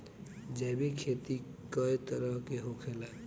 जैविक खेती कए तरह के होखेला?